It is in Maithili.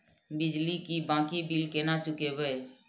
बिजली की बाकी बील केना चूकेबे?